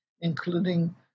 including